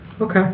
okay